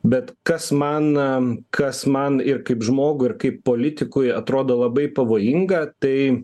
bet kas man kas man ir kaip žmogui ir kaip politikui atrodo labai pavojinga tai